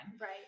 Right